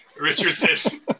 Richardson